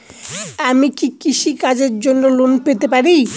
আমি কি কৃষি কাজের জন্য লোন পেতে পারি?